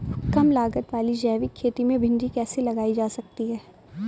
कम लागत वाली जैविक खेती में भिंडी कैसे लगाई जा सकती है?